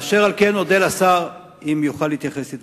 אשר על כן, אודה לשר אם יוכל להתייחס לדברי.